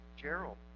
Gerald